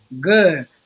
good